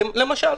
למשל.